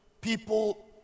People